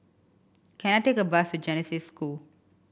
can I take a bus to Genesis School